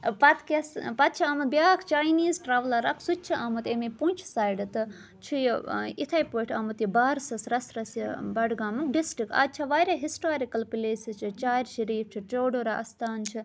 پَتہٕ کیاہ سا پَتہٕ چھُ آمُت بیاکھ چاینیٖز ٹرٛیولَر اَکھ سُہ تہِ چھُ آمُت اَمے پونٛچھ سایڈٕ تہٕ چھُ یہِ یِتھَے پٲٹھۍ آمُت یہِ بارسَس رَس رَس یہِ بَڈگامُک ڈِسٹِرٛک اَتہِ چھِ واریاہ ہِسٹارِکَل پٕلیسٕز چھِ چرارِ شریٖف چھُ چٲڈوٗرا آستان چھُ